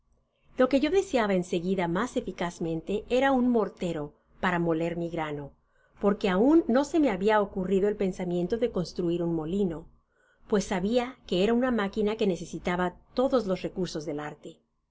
lo que yo deseaba en seguida mas eficazmente eraua mortero para moler mi grano porque aun no se me habia ocurrido el pensamiento de construir un molino pues sabia que era una máquina que necesitaba todos los recursos del arte